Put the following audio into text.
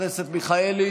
חברת הכנסת מיכאלי,